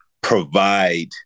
provide